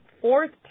fourth